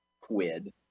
quid